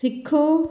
ਸਿੱਖੋ